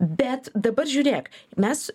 bet dabar žiūrėk mes